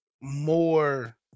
more